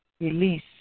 release